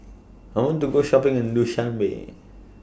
I want to Go Shopping in Dushanbe